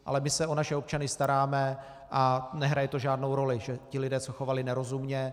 Ale my se o naše občany staráme a nehraje to žádnou roli, že ti lidé se chovali nerozumně.